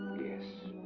yes.